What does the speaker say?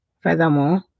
Furthermore